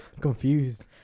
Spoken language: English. confused